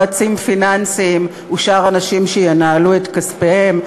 יועצים פיננסיים ושאר אנשים שינהלו את כספיהם,